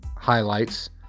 Highlights